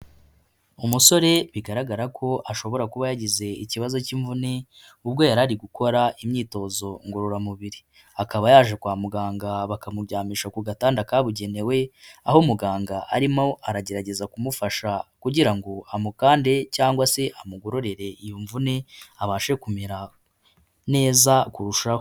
Umusore bigaragara ko ashobora kuba yagize ikibazo cy'imvune, ubwo yari ari gukora imyitozo ngororamubiri. Akaba yaje kwa muganga bakamuryamisha ku gatanda kabugenewe, aho umuganga arimo aragerageza kumufasha kugira ngo amukande cyangwa se amugororere iyo mvune, abashe kumera neza kurushaho.